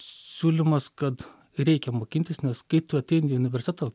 siūlymas kad reikia mokintis nes kai tu ateini į universitetą